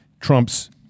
Trump's